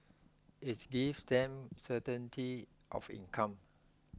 it gives them certainty of income